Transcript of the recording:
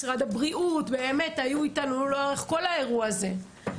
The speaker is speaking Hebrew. משרד הבריאות ואחרים באמת היו אתנו לאורך כל האירוע הזה.